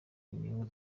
inyungu